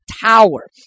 tower